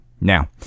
Now